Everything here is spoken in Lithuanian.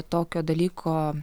tokio dalyko